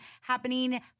happening